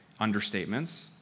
understatements